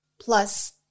plus